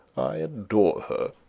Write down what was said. i adore her.